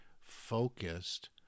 focused